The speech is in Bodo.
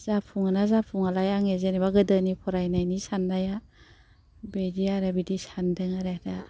जाफुङो ना जाफुङालाइ आंनि जेनबा गोदोनि फरायनायनि साननाया बिदि आरो बिदि सान्दों आरो दा